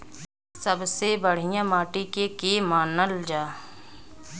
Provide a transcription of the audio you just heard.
सबसे बढ़िया माटी के के मानल जा?